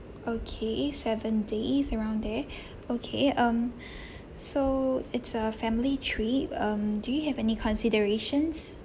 okay seven days around there okay um so it's a family trip um do you have any considerations